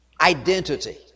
Identity